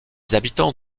habitants